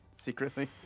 Secretly